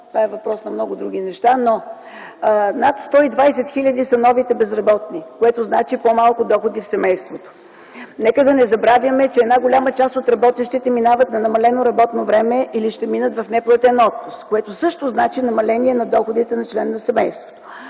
Това е въпрос на много други неща, но над 120 хиляди са новите безработни, което значи по-малко доходи в семейството. Нека да не забравяме, че една голяма част от работещите минават на намалено работно време или ще минат в неплатен отпуск, което също значи намаление на доходите на член на семейство,